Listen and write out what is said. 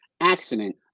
accident